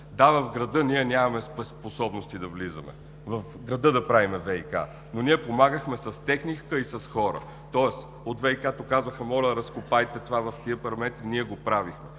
Да, в града ние нямаме способности да влизаме – в града да правим ВиК, но ние помагахме с техника и с хора, тоест от ВиК казваха: моля, разкопайте това в тези параметри, ние го правехме,